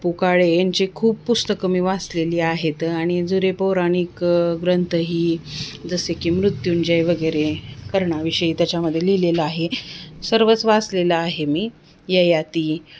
वपू काळे यांचे खूप पुस्तकं मी वाचलेली आहेत आणि जुने पौराणिक ग्रंथही जसे की मृत्युंजय वगैरे कर्णा विषयी त्याच्यामध्ये लिहिलेलं आहे सर्वच वाचलेलं आहे मी ययाती